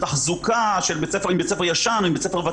במיוחד תחזוקה אם בית הספר הוא ישן או ותיק.